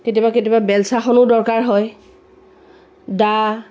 কেতিয়াবা কেতিয়াবা বেলচাখনো দৰকাৰ হয় দা